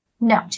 No